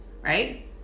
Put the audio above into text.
Right